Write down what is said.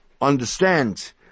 understand